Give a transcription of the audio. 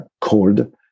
cold